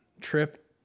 trip